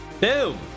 boom